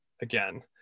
again